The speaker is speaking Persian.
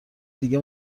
دیگه